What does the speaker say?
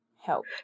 help